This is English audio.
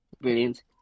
brilliant